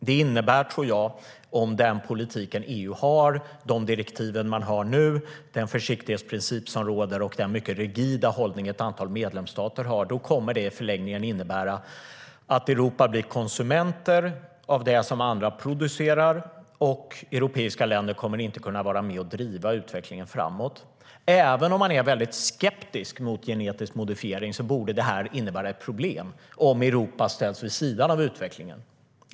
Om EU för samma politik som nu, har samma direktiv som nu, den försiktighetsprincip som råder och den mycket rigida hållning som ett antal medlemsstater har kommer det i förlängningen att innebära att Europa blir konsumenter av det som andra producerar. Europeiska länder kommer då inte att kunna vara med och driva utvecklingen framåt. Även om man är väldigt skeptisk mot genetisk modifiering borde det innebära ett problem om Europa ställs vid sidan av utvecklingen.